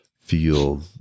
feel